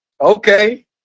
Okay